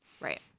Right